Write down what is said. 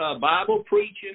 Bible-preaching